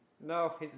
No